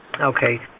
Okay